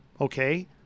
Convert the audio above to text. okay